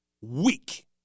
Weak